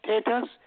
status